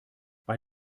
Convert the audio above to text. bei